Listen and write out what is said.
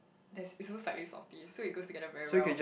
there's it's also slightly salty so it goes together very well